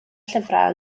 llyfrau